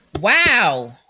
Wow